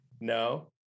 no